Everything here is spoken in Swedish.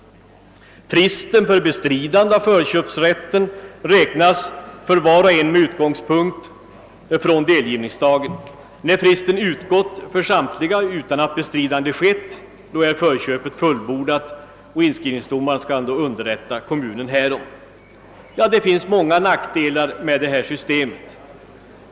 Fristen för bestridande av förköpsrätten räknas för var och en med utgångspunkt från delgivningsdagen. När fristen utgått för samtliga utan att bestridande skett är förköpet fullbordat och inskrivningsdomaren skall då underrätta kommunen härom. Det är många nackdelar med detta system.